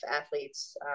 athletes